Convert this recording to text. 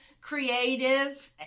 creative